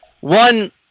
One